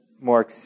more